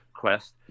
quest